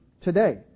today